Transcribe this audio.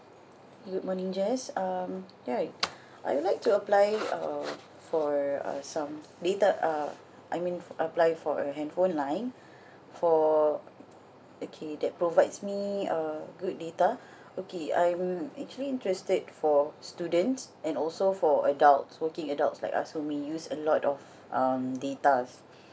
good morning jess um right I would like to apply uh for uh some data uh I mean apply for a handphone line for okay that provides me uh good data okay I'm actually interested for students and also for adults working adults like us who may use a lot of um datas